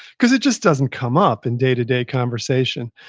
cause it just doesn't come up in day-to-day conversation.